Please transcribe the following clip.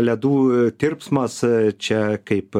ledų tirpsmas čia kaip